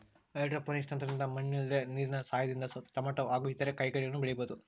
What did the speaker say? hydroponics ತಂತ್ರದಿಂದ ಮಣ್ಣಿಲ್ದೆ ನೀರಿನ ಸಹಾಯದಿಂದ ಟೊಮೇಟೊ ಹಾಗೆ ಇತರ ಕಾಯಿಗಡ್ಡೆಗಳನ್ನ ಬೆಳಿಬೊದು